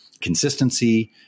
consistency